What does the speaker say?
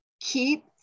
keep